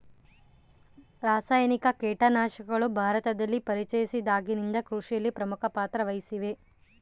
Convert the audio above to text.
ರಾಸಾಯನಿಕ ಕೇಟನಾಶಕಗಳು ಭಾರತದಲ್ಲಿ ಪರಿಚಯಿಸಿದಾಗಿನಿಂದ ಕೃಷಿಯಲ್ಲಿ ಪ್ರಮುಖ ಪಾತ್ರ ವಹಿಸಿವೆ